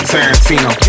Tarantino